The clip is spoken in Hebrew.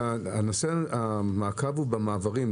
המעקב הוא במעברים,